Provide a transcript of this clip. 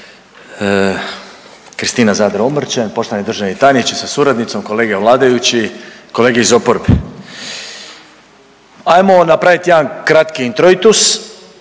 Kristina Zadro Omrčen, poštovani državni tajniče sa suradnicom, kolege vladajući, kolege iz oporbe. Ajmo napravit jedan kratki introitus